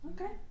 Okay